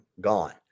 gone